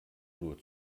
nur